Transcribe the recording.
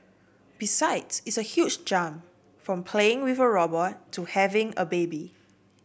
besides it's a huge jump from playing with a robot to having a baby